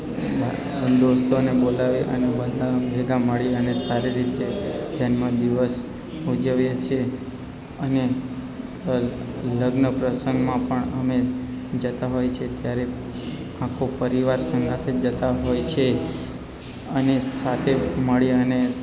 મારા દોસ્તોને બોલાવી અને બધા ભેગા મળી અને સારી રીતે જન્મ દિવસ ઉજવીએ છીએ અને લગ્ન પ્રસંગમાં પણ અમે જતાં હોય છીએ ત્યારે આખો પરિવાર સંગાથે જ જતાં હોય છીએ અને સાથે મળી અને